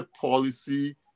policy